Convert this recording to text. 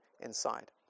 inside